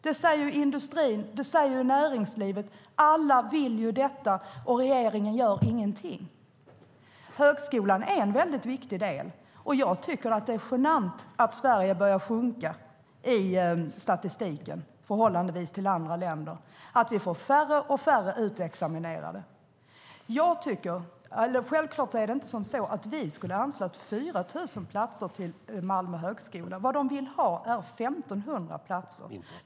Det säger industrin, och det säger näringslivet. Alla vill ju detta, och regeringen gör ingenting. Högskolan är en väldigt viktig del, och jag tycker att det är genant att Sverige börjar sjunka i statistiken i förhållande till andra länder och att vi får färre och färre utexaminerade. Självklart är det inte så att vi skulle anslå 4 000 platser till Malmö högskola. Vad de vill ha är 1 500 platser.